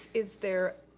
is there,